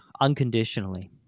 unconditionally